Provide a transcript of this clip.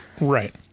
Right